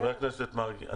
חבר הכנסת מרגי,